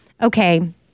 okay